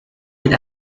with